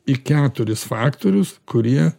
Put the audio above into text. į keturis faktorius kurie